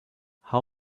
how